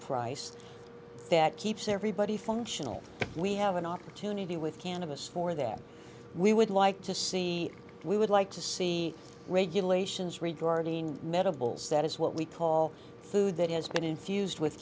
price that keeps everybody functional we have an opportunity with cannabis for that we would like to see we would like to see regulations regarding medicals that is what we call food that has been infused with